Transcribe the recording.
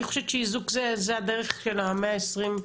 אני חושבת שאיזוק זה הדרך של המאה 22,